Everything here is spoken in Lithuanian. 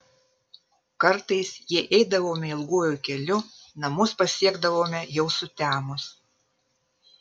kartais jei eidavome ilguoju keliu namus pasiekdavome jau sutemus